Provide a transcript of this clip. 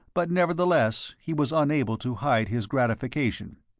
but nevertheless he was unable to hide his gratification.